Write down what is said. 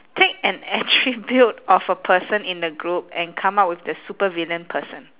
take an attribute of a person in the globe and come up with the supervillain person